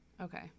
Okay